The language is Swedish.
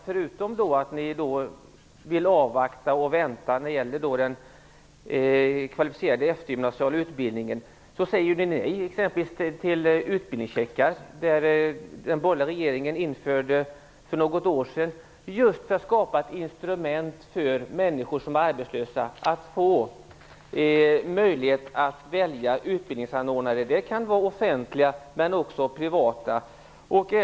Förutom att ni vill avvakta när det gäller den kvalificerade eftergymnasiala utbildningen säger ni ju nej exempelvis till utbildningscheckar, som den borgerliga regeringen införde för något år sedan just för att skapa ett instrument för människor som är arbetslösa att få möjlighet att välja utbildningsanordnare. Det kan gälla både offentliga och privata sådana.